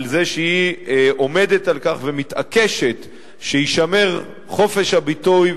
על זה שהיא עומדת על כך ומתעקשת שיישמר חופש הביטוי,